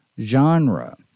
genre